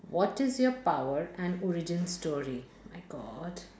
what is your power and origin story my god